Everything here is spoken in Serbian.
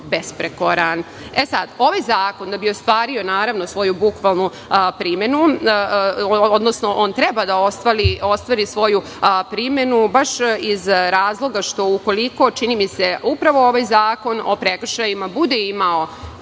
besprekoran. Ovaj zakon da bi ostvario svoju bukvalnu primenu, odnosno on treba da ostvari svoju primenu baš iz razloga što ukoliko, čini mi se, upravo ovaj zakon o prekršajima, bude imao